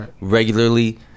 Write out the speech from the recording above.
regularly